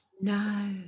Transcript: No